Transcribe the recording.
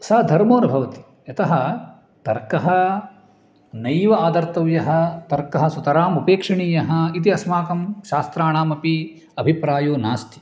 स धर्मो न भवति यतः तर्कः नैव आदर्तव्यः तर्कः सुतराम् उपेक्षणीयः इति अस्माकं शास्त्राणामपि अभिप्रायो नास्ति